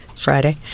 Friday